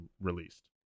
released